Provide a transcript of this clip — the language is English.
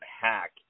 hack